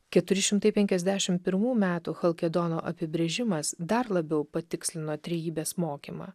keturi šimtai penkiasdešim pirmų metų chalkedono apibrėžimas dar labiau patikslino trejybės mokymą